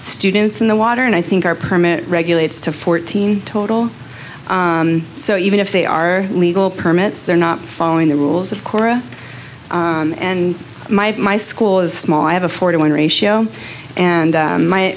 students in the water and i think our permit regulates to fourteen total so even if they are legal permits they're not following the rules of korra and my my school is small i have a four to one ratio and